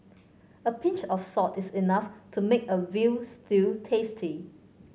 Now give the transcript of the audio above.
a pinch of salt is enough to make a veal stew tasty